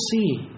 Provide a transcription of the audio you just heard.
see